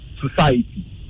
society